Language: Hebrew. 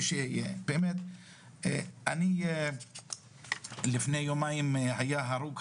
לפני יומיים היה הרוג,